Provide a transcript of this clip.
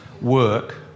work